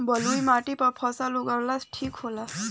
बलुई माटी पर फसल उगावल ठीक होला?